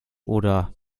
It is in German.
oder